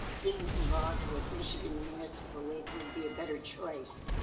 being involved with michigan municipal league would be a better choice